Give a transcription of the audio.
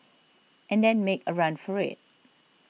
and then make a run for it